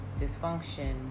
dysfunction